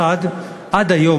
1. עד היום,